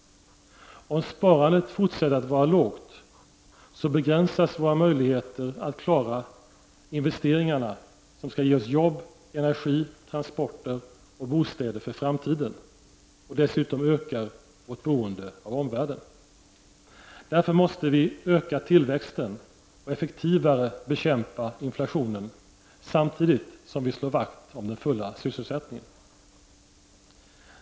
Om sparandet fortsätter att vara lågt så begränsas våra möjligheter att klara investeringarna, som skall ge oss jobb, energi, transporter och bostäder för framtiden. Dessutom ökar vårt beroende av omvärlden. Därför måste vi öka tillväxten och effektivare bekämpa inflationen samtidigt som vi slår vakt om den fulla sysselsättningen.